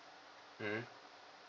mm